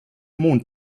mond